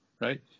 right